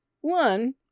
One